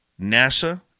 NASA